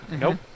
Nope